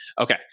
Okay